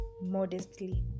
modestly